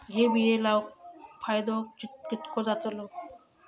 हे बिये लाऊन फायदो कितको जातलो?